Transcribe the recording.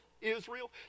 Israel